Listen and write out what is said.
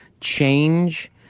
change